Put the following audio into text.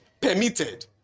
permitted